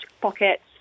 pockets